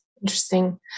Interesting